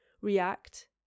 react